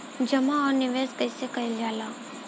जमा और निवेश कइसे कइल जाला?